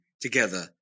together